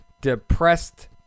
depressed